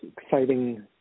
exciting